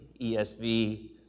ESV